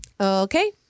Okay